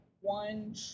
one